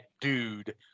dude